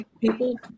people